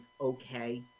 okay